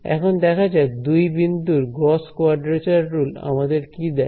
এখন দেখা যাক দুই বিন্দুর গস কোয়াড্রেচার রুল আমাদের কি দেয়